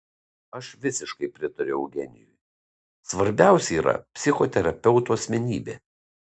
aš visiškai pritariu eugenijui svarbiausia yra psichoterapeuto asmenybė